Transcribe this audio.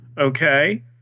Okay